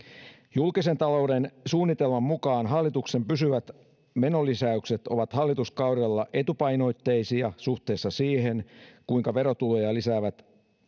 julkisen talouden suunnitelman mukaan hallituksen pysyvät menolisäykset ovat hallituskaudella etupainotteisia suhteessa siihen kuinka verotuloja lisäävät